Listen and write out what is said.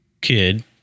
kid